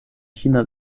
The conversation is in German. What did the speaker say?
china